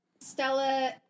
Stella